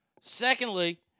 Secondly